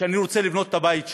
שאני רוצה לבנות עליה את הבית שלי,